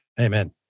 Amen